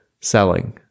selling